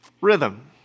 Rhythm